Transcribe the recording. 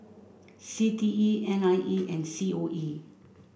C T E N I E and C O E